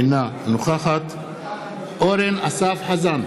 אינה נוכחת אורן אסף חזן,